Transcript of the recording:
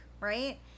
Right